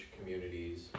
communities